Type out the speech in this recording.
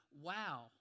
wow